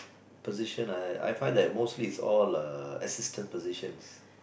positions I I find that mostly is all uh assistant positions